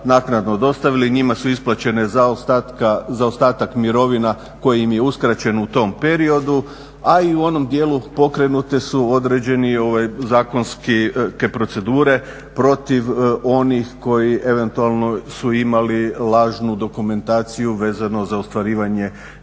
naknadno dostavili, njima su isplaćene zaostatak mirovina koji im je uskraćen u tom periodu, a i u onom dijelu pokrenute su određene zakonske procedure protiv onih koji eventualno su imali lažnu dokumentaciju vezano za ostvarivanje